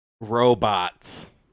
Robots